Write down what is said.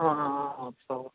अँ अँ अँ